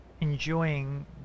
enjoying